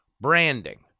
branding